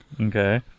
Okay